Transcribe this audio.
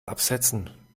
absetzen